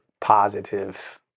positive